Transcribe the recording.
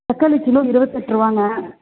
தக்காளி கிலோ இருபத்தெட்டு ரூபாங்க